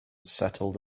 settled